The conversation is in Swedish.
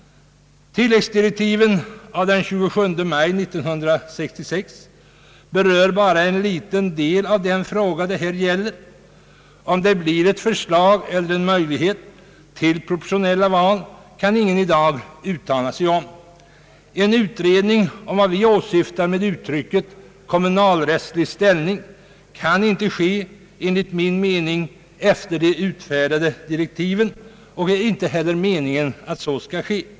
Tilläggsdirektiven av den 27 maj 1966 berör bara en liten del av den fråga det här gäller. Om det blir ett förslag eller en möjlighet till proportionella val kan ingen i dag uttala sig om. En utredning om vad vi åsyftar med uttrycket »kommunalrättslig ställning» kan enligt min mening inte ske efter de utfärdade direktiven, och det är inte heller meningen att så skall ske.